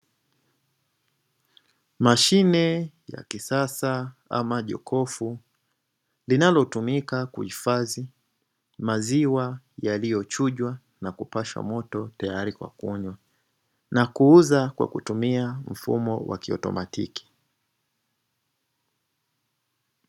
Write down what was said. Mashine ya kisasa ama jokofu linalotumika kuhifadhi maziwa yaliyochujwa na kupashwa moto tayari kwa kunywa na kuuza, kwa kutumia mfumo wa kiautomatiki.